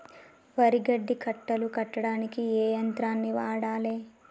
వరి గడ్డి కట్టలు కట్టడానికి ఏ యంత్రాన్ని వాడాలే?